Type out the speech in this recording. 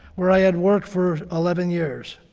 where i had worked for eleven years.